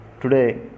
Today